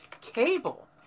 cable